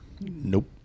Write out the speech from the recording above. Nope